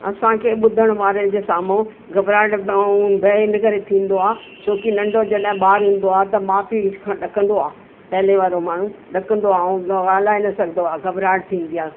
असांखे ॿुधण वारे जे साम्हूं घबराहट ऐं भउ इनकरे थींदो आहे छोकि नंढो जॾहिं ॿार ईंदो आहे त माउ पीउ खां ॾकंदो आहे पहले वारो माण्हू ॾकंदो आहे ऐं हलाए न सघंदो घबराहट थींदी आहे